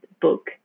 book